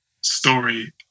story